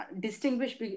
distinguish